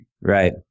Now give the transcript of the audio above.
Right